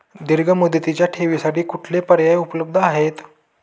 दीर्घ मुदतीच्या ठेवींसाठी कुठले पर्याय उपलब्ध आहेत?